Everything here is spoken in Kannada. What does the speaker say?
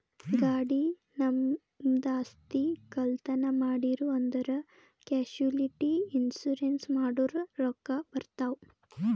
ಗಾಡಿ, ನಮ್ದು ಆಸ್ತಿ, ಕಳ್ತನ್ ಮಾಡಿರೂ ಅಂದುರ್ ಕ್ಯಾಶುಲಿಟಿ ಇನ್ಸೂರೆನ್ಸ್ ಮಾಡುರ್ ರೊಕ್ಕಾ ಬರ್ತಾವ್